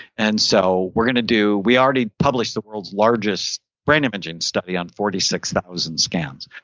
and so we're going to do, we already published the world's largest brain imaging study on forty six thousand scans.